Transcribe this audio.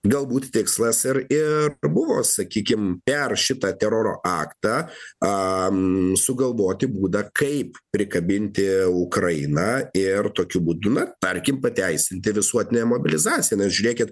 galbūt tikslas ir ir buvo sakykim perrašytą tą teroro aktą sugalvoti būdą kaip prikabinti ukrainą ir tokiu būdu na tarkim pateisinti visuotinę mobilizaciją na žiūrėkit